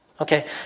okay